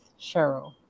cheryl